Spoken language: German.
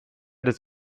des